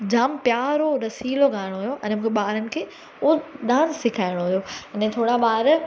जाम प्यारो रसिलो गानो हुयो अने मूंखे बारनि खे उहो डान्स सेखारिणो हुओ अने थोरा बार